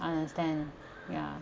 understand ya